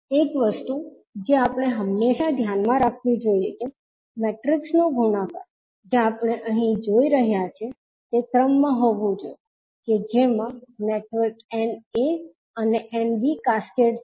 એક વસ્તુ જે આપણે હંમેશા ધ્યાનમાં રાખવી જોઈએ કે મેટ્રેસીસ નો ગુણાકાર જે આપણે અહીં જોઈ રહ્યા છીએ તે ક્રમમાં હોવું જોઈએ કે જેમાં નેટવર્ક Na અને Nb કેસ્કેડ છે